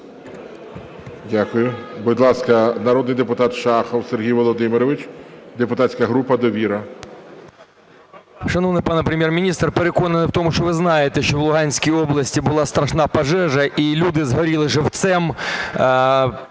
Дякую. Будь ласка, народний депутат Шахов Сергій Володимирович, депутатська група "Довіра". 10:56:30 ШАХОВ С.В. Шановний пане Прем'єр-міністр, переконаний в тому, що ви знаєте, що в Луганській області була страшна пожежа і люди згоріли живцем.